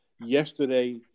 yesterday